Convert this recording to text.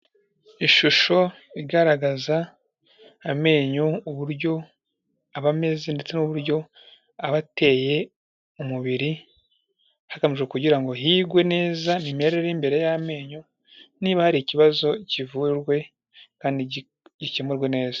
Ishusho igaragaza amenyo uburyo aba ameze ndetse n'uburyo aba ateye mu mubiri, hagamijwe kugira ngo higwe neza imimerere y'imbere y'amenyo, niba hari ikibazo kivurwe kandi gikemurwe neza.